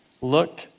Look